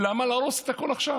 למה להרוס את הכול עכשיו?